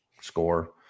score